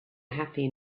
happy